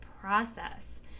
process